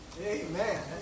Amen